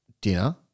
dinner